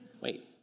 Wait